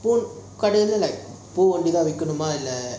பூ காடைல:poo kaadaila like பூ ஒன்னு தான் விக்கணுமா இல்ல:poo onnu thaan vikkanuma illa